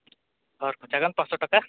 ᱦᱚᱲ ᱯᱤᱪᱷᱟᱹ ᱜᱟᱱ ᱯᱟᱸᱪᱥᱚ ᱴᱟᱠᱟ